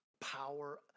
power